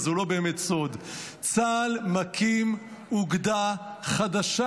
אז הוא לא באמת סוד: צה"ל מקים אוגדה חדשה,